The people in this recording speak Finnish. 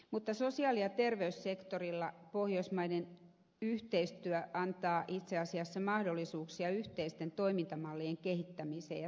mutta sosiaali ja terveyssektorilla pohjoismainen yhteistyö antaa itse asiassa mahdollisuuksia yhteisten toimintamallien kehittämiseen ja tutkimiseen